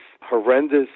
horrendous